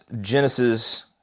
Genesis